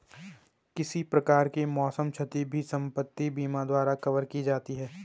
किसी प्रकार की मौसम क्षति भी संपत्ति बीमा द्वारा कवर की जाती है